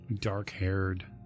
dark-haired